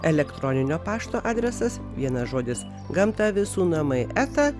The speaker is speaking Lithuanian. elektroninio pašto adresas vienas žodis gamta visų namai eta